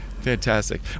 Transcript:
Fantastic